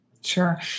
Sure